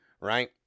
right